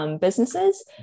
businesses